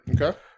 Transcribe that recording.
Okay